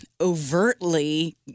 overtly